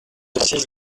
six